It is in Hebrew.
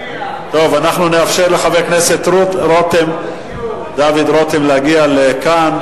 אנחנו נאפשר לחבר הכנסת דוד רותם להגיע לכאן.